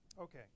Okay